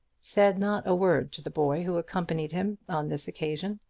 said not a word to the boy who accompanied him on this occasion.